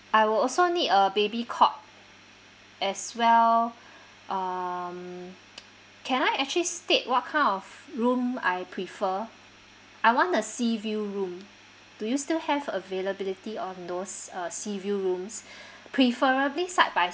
I will also need a baby cot as well um can I actually state what kind of room I prefer I want the sea view room do you still have availability on those uh sea view rooms preferably side by